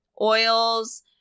oils